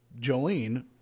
jolene